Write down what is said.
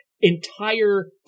entire